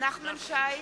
נחמן שי,